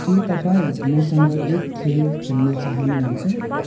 के तपाईँ मसँग एक खेल खेल्न चाहनुहुन्छ